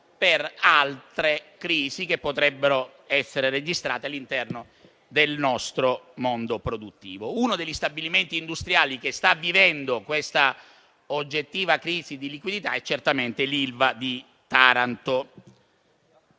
per altre crisi che potrebbero essere registrate all'interno del nostro mondo produttivo. Uno degli stabilimenti industriali che sta vivendo un'oggettiva crisi di liquidità è certamente l'Ilva di Taranto,